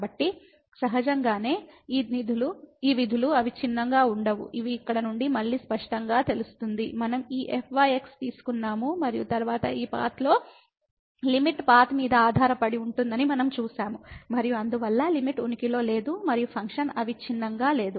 కాబట్టి సహజంగానే ఈ విధులు అవిచ్ఛిన్నంగా ఉండవు ఇది ఇక్కడ నుండి మళ్ళీ స్పష్టంగా తెలుస్తుంది మనం ఈ fyx తీసుకున్నాము మరియు తరువాత ఈ పాత్ లో లిమిట్ పాత్ మీద ఆధారపడి ఉంటుందని మనం చూశాము మరియు అందువల్ల లిమిట్ ఉనికిలో లేదు మరియు ఫంక్షన్ అవిచ్ఛిన్నంగా లేదు